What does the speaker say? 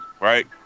right